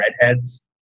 redheads